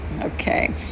Okay